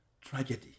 tragedy